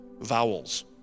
vowels